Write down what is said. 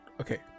okay